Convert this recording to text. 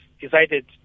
decided